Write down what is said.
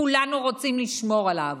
כולנו רוצים לשמור עליו,